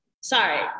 sorry